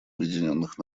объединенных